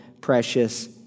precious